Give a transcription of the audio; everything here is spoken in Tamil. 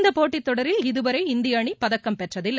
இந்தப் போட்டித்தொடரில் இதுவரை இந்திய அணி பதக்கம் பெற்றதில்லை